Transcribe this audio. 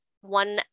one